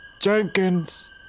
Jenkins